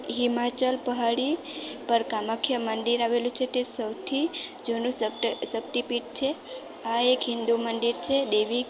હિમાચલ પહાડી પર કામાખ્ય મંદિર આવેલું છે તે સૌથી જૂનું શત શક્તિપીઠ છે આ એક હિન્દુ મંદિર છે દેવી